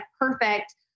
perfect